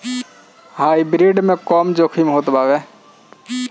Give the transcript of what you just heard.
hybrid में जोखिम कम होत बाटे